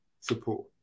support